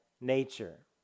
nature